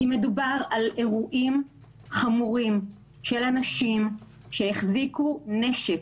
כי מדובר על אירועים חמורים של אנשים שהחזיקו נשק,